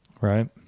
Right